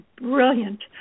brilliant